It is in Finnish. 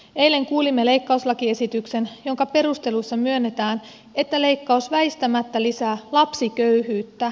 eilen kuulimme leikkauslakiesityksen jonka perusteluissa myönnetään että leikkaus väistämättä lisää lapsiköyhyyttä